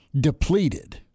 depleted